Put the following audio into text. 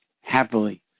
happily